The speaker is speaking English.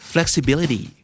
Flexibility